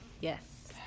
Yes